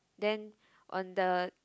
then on the